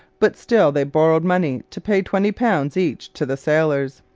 but still they borrowed money to pay twenty pounds each to the sailors.